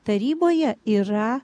taryboje yra